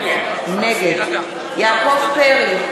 נגד יעקב פרי,